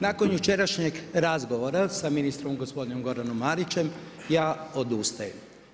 Nakon jučerašnjeg razgovora, sa ministrom gospodinom Goranom Marićem, ja odustajem.